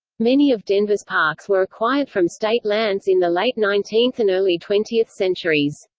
many of denver's parks were acquired from state lands in the late nineteenth and early twentieth centuries.